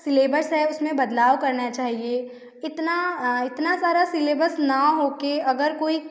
syllabus है उस में बदलाव करना चाहिए इतना इतना सारा सिलेबस ना हो कर अगर